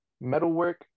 metalwork